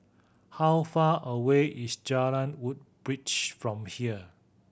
how far away is Jalan Woodbridge from here